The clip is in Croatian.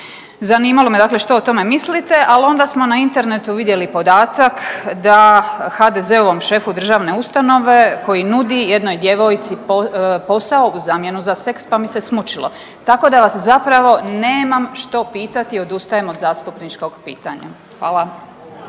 Zanimalo me dakle što o tome mislite, ali onda smo na internetu vidjeli podatak da HDZ-ovom šefu državne ustanove koji nudi jednoj djevojci posao u zamjenu za seks pa mi se smučilo. Tako da vas zapravo nemam što pitati i odustajem od zastupničkog pitanja. Hvala.